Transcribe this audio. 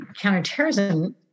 counterterrorism